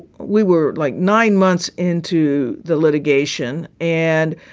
we were like nine months into the litigation and,